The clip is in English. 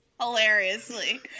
Hilariously